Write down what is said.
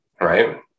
right